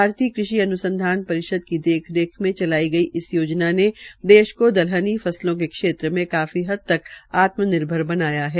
भारतीय कृषि अन्संधान परिषद की देखरेख मे चलाई गई इस योजना ने देश को दल्हनी फसलों के क्षेत्र में काफी हदतक आत्मनिर्भर बनाया है